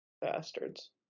Bastards